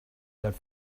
that